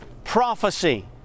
prophecy